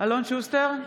אלון שוסטר,